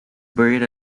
buried